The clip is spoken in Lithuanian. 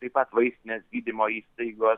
taip pat vaistinės gydymo įstaigos